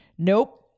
nope